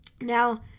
Now